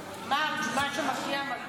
חבר הכנסת נאור שירי, מוותר.